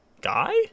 Guy